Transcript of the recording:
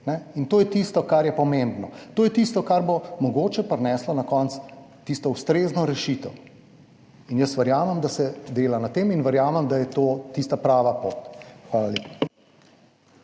In to je tisto, kar je pomembno. To je tisto, kar bo mogoče prineslo na koncu tisto ustrezno rešitev. In jaz verjamem, da se dela na tem in verjamem, da je to tista prava pot. Hvala lepa.